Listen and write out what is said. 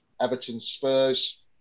Everton-Spurs